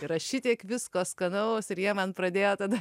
yra šitiek visko skanaus ir jie man pradėjo tada